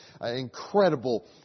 incredible